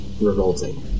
revolting